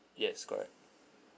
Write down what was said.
yes correct